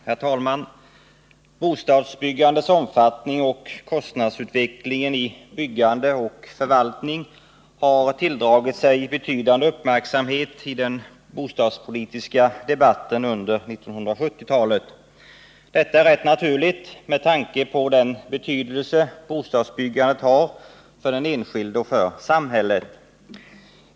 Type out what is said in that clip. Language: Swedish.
Herr talman! Bostadsbyggandets omfattning och kostnadsutvecklingen i byggande och förvaltning har tilldragit sig betydande uppmärksamhet i den bostadspolitiska debatten under 1970-talet. Det är rätt naturligt med tanke på den betydelse bostadsbyggandet har för den enskilde och för samhället.